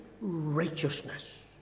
righteousness